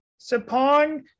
Sapong